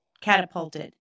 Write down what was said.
catapulted